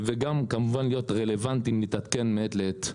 וגם כמובן להיות רלוונטיים, להתעדכן מעת לעת.